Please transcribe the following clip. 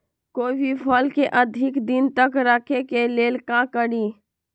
कोई भी फल के अधिक दिन तक रखे के लेल का करी?